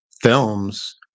films